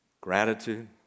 gratitude